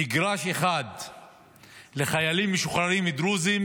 לא חולק מגרש אחד לחיילים משוחררים דרוזים,